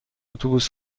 اتوبوس